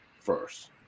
first